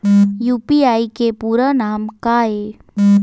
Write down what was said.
UPI के पूरा नाम का ये?